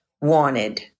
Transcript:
wanted